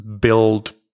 build